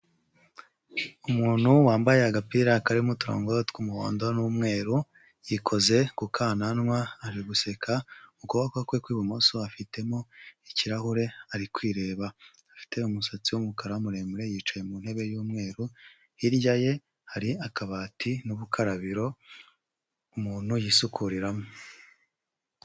Umuntu wambaye agapira karimo uturongo tw'umuhondo n'umweru yikoze ku kananwa ari guseka, ukuboko kwe kw'ibumoso afitemo ikirahure ari kwireba, afite umusatsi w'umukara muremure yicaye mu ntebe y'umweru, hirya ye hari akabati n'ubukarabiro umuntu yisukuriramo.